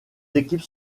équipes